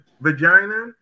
vagina